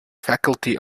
faculty